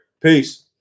Peace